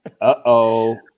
Uh-oh